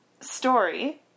story